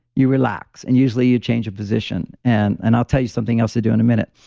you relax and usually you change a position. and and i'll tell you something else to do in a minute.